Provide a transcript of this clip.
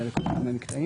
אלא לכל אחד מהמקטעים.